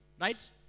right